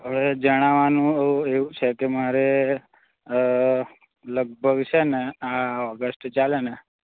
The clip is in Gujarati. હવે જણાવવાનું એવુ છેકે મારે લગભગ છેને આ ઓગસ્ટ ચાલેને